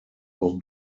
auch